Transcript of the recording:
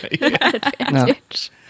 advantage